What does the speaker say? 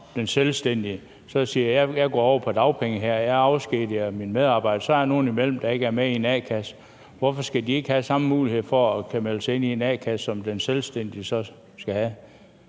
den selvstændige siger, at han går over på dagpenge og afskediger sine medarbejdere, kan der blandt dem være nogle, der ikke er medlemmer af en a-kasse, hvorfor skal de ikke have samme mulighed for at kunne melde sig ind i en a-kasse som den selvstændige? Jeg